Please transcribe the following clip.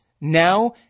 now